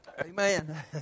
Amen